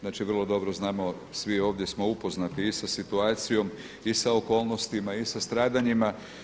Znači vrlo dobro znamo, svi ovdje smo upoznati i sa situacijom i sa okolnostima i sa stradanjima.